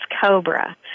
COBRA